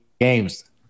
games